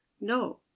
no